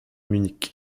munich